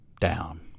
Down